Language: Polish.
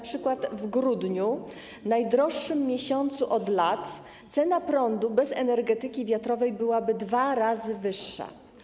Np. w grudniu, najdroższym miesiącu od lat, cena prądu bez energetyki wiatrowej byłaby dwa razy wyższa.